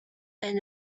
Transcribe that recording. and